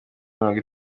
mirongo